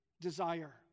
desire